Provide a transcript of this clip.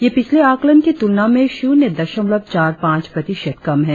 यह पिछले आकलन की तुलना में शून्य दशमलव चार पांच प्रतिशत कम है